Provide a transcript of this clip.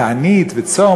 תענית וצום,